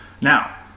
Now